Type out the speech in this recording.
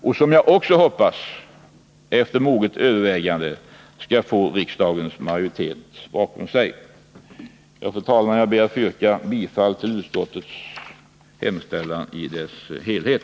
Jag hoppas också att riksdagsmajoriteten, efter moget övervägande, skall ställa sig bakom denna proposition. Fru talman! Jag ber att få yrka bifall till utskottets hemställan i dess helhet.